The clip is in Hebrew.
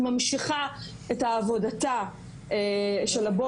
בעצם סייעת ממשיכה את עבודתה של הבוקר...